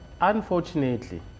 Unfortunately